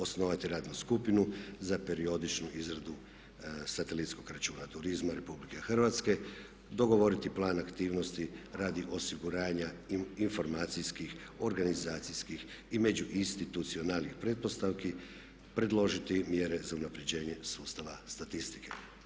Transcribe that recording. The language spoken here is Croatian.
Osnovati radnu skupinu za periodičnu izradu satelitskog računa turizma RH, dogovoriti plan aktivnosti radi osiguranja informacijskih, organizacijskih i međuinstitucionalnih pretpostavki, predložiti mjere za unaprjeđenje sustava statistike.